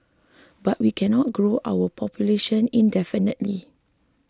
but we cannot grow our population indefinitely